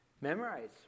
Memorize